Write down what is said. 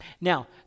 Now